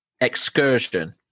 Excursion